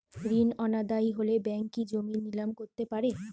ঋণ অনাদায়ি হলে ব্যাঙ্ক কি জমি নিলাম করতে পারে?